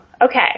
okay